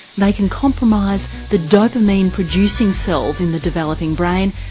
they can compromise the dopamine-producing cells in the developing brain,